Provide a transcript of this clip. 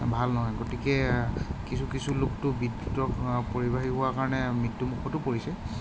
ভাল নহয় গতিকে কিছু কিছু লোকতো বিদ্যুতৰ পৰিবাহী হোৱা কাৰণে মৃত্যুমুখতো পৰিছে